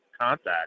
contact